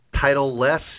title-less